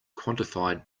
quantified